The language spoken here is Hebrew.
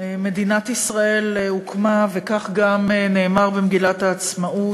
מדינת ישראל הוקמה, וכך גם נאמר במגילת העצמאות,